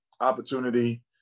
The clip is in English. opportunity